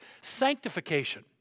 sanctification